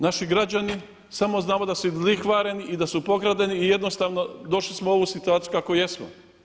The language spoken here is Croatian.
Naši građani samo znamo da su izlihvareni i da su pokradeni i jednostavno došli smo u ovu situaciju kako jesmo.